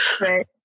Right